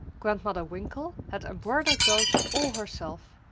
grandmother winkle had embroidered those all herself,